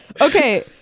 Okay